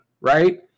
right